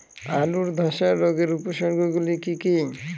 আলুর ধ্বসা রোগের উপসর্গগুলি কি কি?